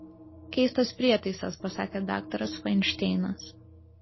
keistas prietaisas pasakė daktaras fainšteinas